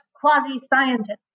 quasi-scientists